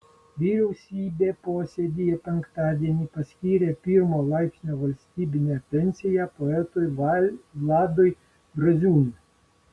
vyriausybė posėdyje penktadienį paskyrė pirmojo laipsnio valstybinę pensiją poetui vladui braziūnui